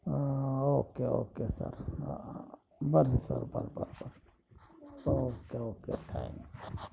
okay okay sir ಬರ್ರೀ sir ಬರ್ರಿ ಬರ್ರಿ ಬರ್ರಿ ಓಕೆ ಓಕೆ ಥ್ಯಾಂಕ್ಸ್